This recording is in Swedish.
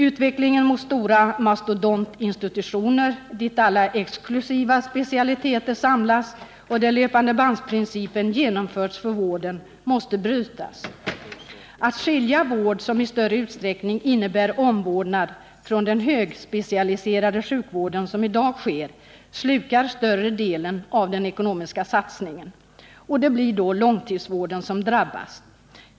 Utvecklingen mot stora mastodontinstitutioner, där alla exklusiva specialiteter samlas och där löpandebandsprincipen genomförs för vården, måste brytas. Att skilja vård som i större utsträckning innebär omvårdnad från den högspecialiserade sjukvården, som i dag sker, slukar större delen av den ekonomiska satsningen. Det blir då långtidsvården som drabbas.